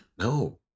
No